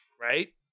Right